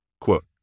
Quote